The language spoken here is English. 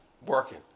working